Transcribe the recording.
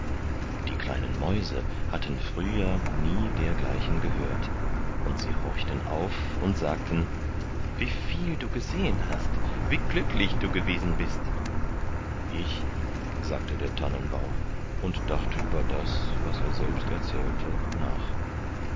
die kleinen mäuse hatten früher nie dergleichen gehört und sie horchten auf und sagten wie viel du gesehen hast wie glücklich du gewesen bist ich sagte der tannenbaum und dachte über das was er selbst erzählte nach